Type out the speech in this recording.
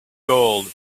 gold